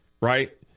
right